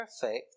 perfect